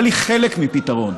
אבל היא חלק מפתרון,